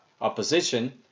opposition